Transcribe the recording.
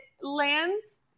lands